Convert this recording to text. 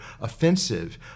offensive